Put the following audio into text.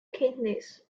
kidneys